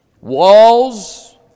Walls